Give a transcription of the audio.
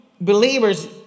believers